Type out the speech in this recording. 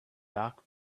dark